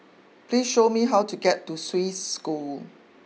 please show me how to get to Swiss School